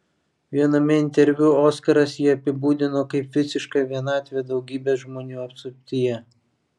viename interviu oskaras jį apibūdino kaip visišką vienatvę daugybės žmonių apsuptyje